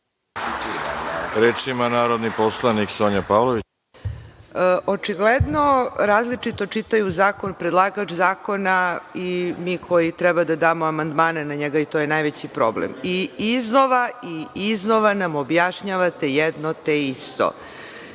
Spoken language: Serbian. Reč ima narodni poslanik Sonja Pavlović. **Sonja Pavlović** Očigledno različito čitaju zakon predlagač zakona i mi koji treba da damo amandmane na njega i to je najveći problem. Iznova i iznova nam objašnjavate jedno te isto